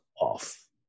off